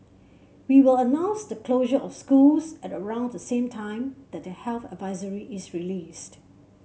we will announce the closure of schools at around the same time that the health advisory is released